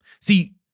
See